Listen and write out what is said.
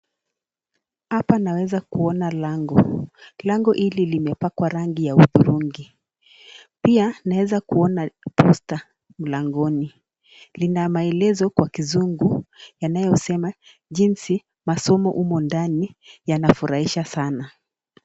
Hapa naweza kuona lango. Lango limepakwa rangi ya hudhurungi. Pia naweza kuona posta mlangoni linamaelezo kwa kizungu inayosema jinsi masomo humo ndani yanafurahisha sana.